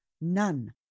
none